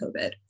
covid